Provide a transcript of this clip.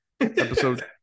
Episode